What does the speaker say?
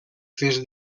fes